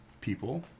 people